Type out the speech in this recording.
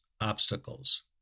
obstacles